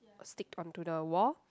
stick onto the wall